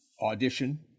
audition